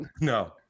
No